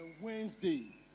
Wednesday